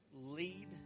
lead